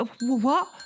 What